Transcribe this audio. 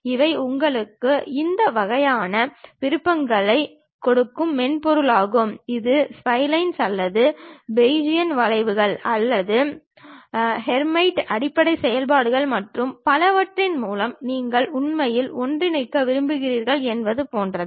இவை உங்களுக்கு இந்த வகையான விருப்பங்களைக் கொண்டிருக்கும் மென்பொருளாகும் இது பி ஸ்ப்லைன்ஸ் அல்லது பெஜியர் வளைவுகள் அல்லது ஹெர்மைட் அடிப்படை செயல்பாடுகள் மற்றும் பலவற்றின் மூலம் நீங்கள் உண்மையில் ஒன்றிணைக்க விரும்புகிறீர்களா என்பது போன்றது